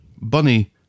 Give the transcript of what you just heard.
bunny